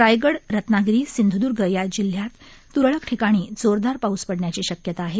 रायगड रत्नागिरी सिंदुधर्ग या जिल्हयामधे त्रळक ठिकाणी जोरदार पाऊस पडण्याची शक्यता आहे